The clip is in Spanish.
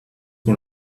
con